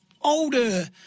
older